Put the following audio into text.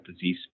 disease